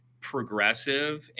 progressive